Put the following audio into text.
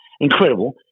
Incredible